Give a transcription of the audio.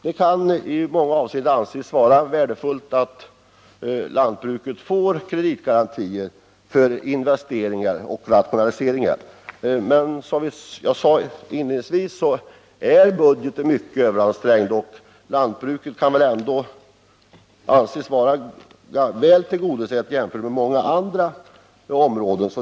Det kan i många avseenden anses värdefullt att lantbruket får kreditgarantier för investeringar och rationaliseringar. Men som jag sade inledningsvis är budgeten mycket överansträngd, och lantbruket kan väl ändå anses vara väl tillgodosett jämfört med många andra områden.